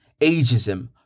ageism